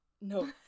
No